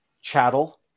chattel